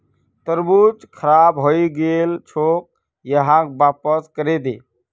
तरबूज खराब हइ गेल छोक, यहाक वापस करे दे